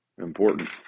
important